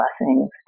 blessings